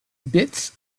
bits